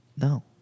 No